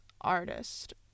artist